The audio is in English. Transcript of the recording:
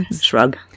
Shrug